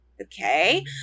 okay